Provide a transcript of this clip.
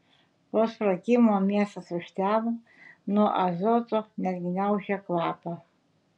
po sprogimo miestas užtemo nuo azoto net gniaužė kvapą